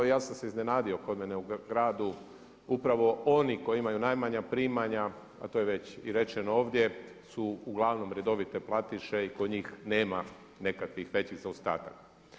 Ja sam se iznenadio, kod mene u gradu upravo oni koji imaju najmanja primanja a to je već i rečeno ovdje su uglavnom redovite platiše i kod njih nema nekakvih većih zaostataka.